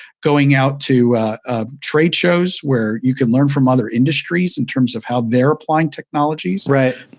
going out to ah tradeshows where you can learn from other industries in terms of how they're applying technologies. right.